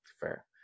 fair